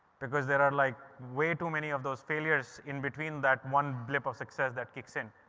because there are like, way too many of those failures in between that one blip of success that kicks in.